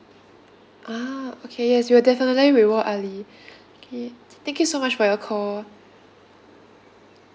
ah okay we will definitely reward ali okay thank you so much for your call